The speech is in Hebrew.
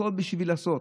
הכול בשביל לעשות,